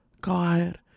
God